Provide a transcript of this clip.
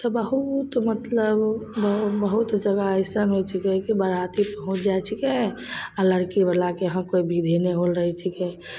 तऽ बहुत मतलब बहुत जगह अइसन होइ छिकै कि बराती पहुँचि जाइ छिकै आओर लड़कीवलाके यहाँ कोइ विद्धे नहि होलऽ रहै छिकै